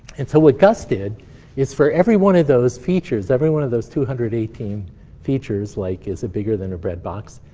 and so what gus did is, for every one of those features, every one of those two hundred and eighteen features like, is it bigger than a breadbox,